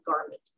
garment